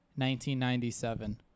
1997